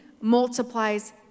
multiplies